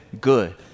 good